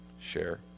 share